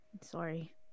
sorry